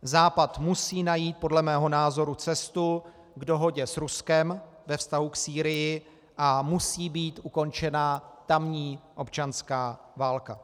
Západ musí najít podle mého názoru cestu k dohodě s Ruskem ve vztahu k Sýrii a musí být ukončena tamní občanská válka.